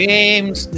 Games